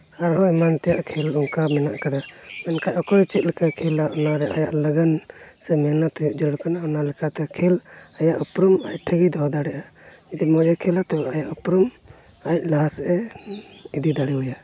ᱟᱨ ᱦᱚᱸ ᱟᱭᱢᱟ ᱞᱮᱠᱟᱱᱟᱜ ᱠᱷᱮᱞ ᱚᱱᱠᱟ ᱢᱮᱱᱟᱜ ᱟᱠᱟᱫᱟ ᱢᱮᱱᱠᱷᱟᱡ ᱚᱠᱚᱭ ᱪᱮᱫ ᱞᱮᱠᱟᱭ ᱠᱷᱮᱞᱟ ᱚᱱᱟ ᱨᱮ ᱟᱭᱟᱜ ᱞᱚᱜᱚᱱ ᱥᱮ ᱢᱮᱦᱱᱚᱛ ᱨᱮᱭᱟᱜ ᱡᱟᱹᱨᱩᱲ ᱠᱟᱱᱟ ᱚᱱᱟ ᱞᱮᱠᱟᱛᱮ ᱠᱷᱮᱞ ᱟᱭᱟᱜ ᱩᱯᱨᱩᱢ ᱟᱡ ᱴᱷᱮᱡ ᱜᱮ ᱫᱚᱦᱚ ᱫᱟᱲᱮᱭᱟᱜᱼᱟ ᱡᱩᱫᱤ ᱢᱚᱡᱮ ᱠᱷᱮᱞᱟ ᱛᱚᱵᱮ ᱟᱭᱟᱜ ᱩᱯᱨᱩᱢ ᱟᱡ ᱞᱟᱦᱟ ᱥᱮᱫ ᱮ ᱤᱫᱤ ᱫᱟᱲᱮᱣᱟᱭᱟ